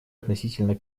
относительно